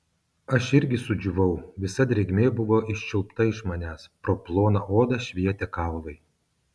aš irgi sudžiūvau visa drėgmė buvo iščiulpta iš manęs pro ploną odą švietė kaulai